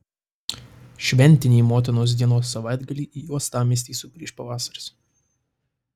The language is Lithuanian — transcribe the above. šventinį motinos dienos savaitgalį į uostamiestį sugrįš pavasaris